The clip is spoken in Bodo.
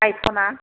आइफनआ